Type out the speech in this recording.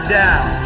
down